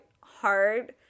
hard